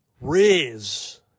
Riz